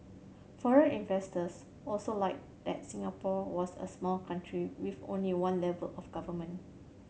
foreign investors also liked that Singapore was a small country with only one level of government